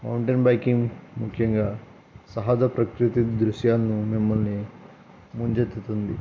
mountain biking ముఖ్యంగా సహజ ప్రకృతి దృశ్యాలను మిమ్మల్ని ముంచెత్తుతుంది